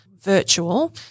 virtual